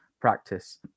practice